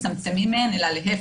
מצמצמים אלא להפך.